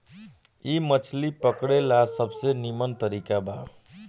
इ मछली पकड़े ला सबसे निमन तरीका बा